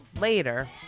later